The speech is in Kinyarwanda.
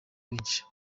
benshi